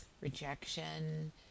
rejection